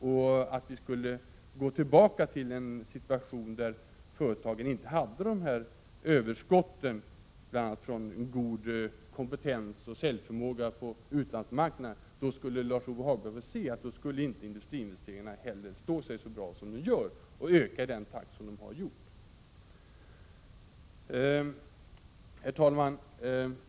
Om vi då skulle gå tillbaka till en situation där företagen inte hade dessa överskott, bl.a. från en god kompetens och säljförmåga på utlandsmarknaderna, skulle Lars-Ove Hagberg få se att industriinvesteringarna inte heller skulle stå sig så bra som de gör eller öka i den takt som de har gjort. Herr talman!